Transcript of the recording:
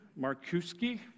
Markuski